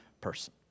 person